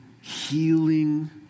healing